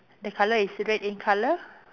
the colour is red in colour